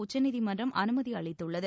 உச்சநீதிமன்றம் அனுமதி அளித்துள்ளது